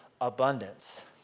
abundance